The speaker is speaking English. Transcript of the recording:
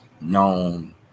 known